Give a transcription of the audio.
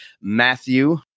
Matthew